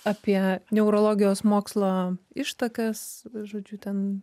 apie neurologijos mokslo ištakas žodžiu ten